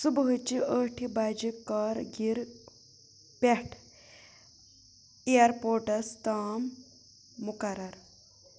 صُبحچِہ ٲٹھِ بجہِ کر گِر پٮ۪ٹھ اِیر پورٹس تام مقرر